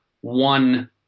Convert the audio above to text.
one